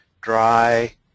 dry